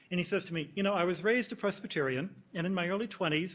and he says to me, you know, i was raised a presbyterian, and in my early twenty s,